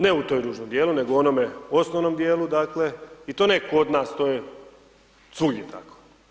Ne u tom ružnom dijelu, nego u onome osnovnome dijelu, dakle, i to ne kod nas, to je svugdje tako.